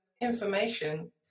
information